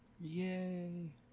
Yay